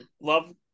love